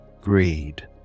greed